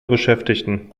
beschäftigten